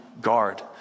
guard